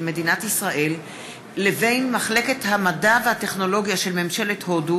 מדינת ישראל ובין מחלקת המדע והטכנולוגיה של ממשלת הודו